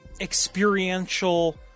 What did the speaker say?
experiential